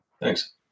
Thanks